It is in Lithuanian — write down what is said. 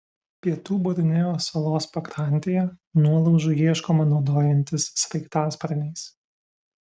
pietų borneo salos pakrantėje nuolaužų ieškoma naudojantis sraigtasparniais